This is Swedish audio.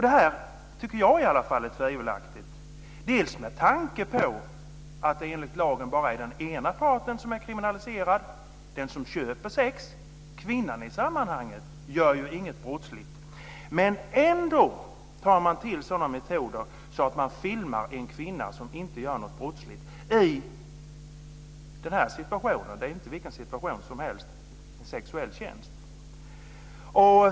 Det tycker i alla fall jag är tvivelaktigt, delvis med tanke på att det enligt lagen bara är den ena parten som är kriminaliserad, den som köper sex. Kvinnan i sammanhanget gör ju inget brottsligt. Ändå tar man till sådana metoder att man filmar en kvinna som inte gör något brottsligt i den här situationen. Det är inte vilken situation som helst; det handlar om en sexuell tjänst.